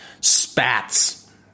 spats